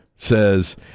says